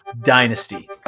dynasty